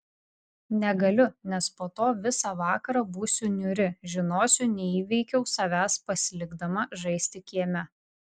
negaliu nes po to visą vakarą būsiu niūri žinosiu neįveikiau savęs pasilikdama žaisti kieme